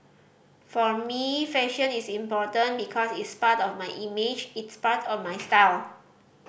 for me fashion is important because it's part of my image it's part of my style